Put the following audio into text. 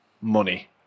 money